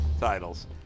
titles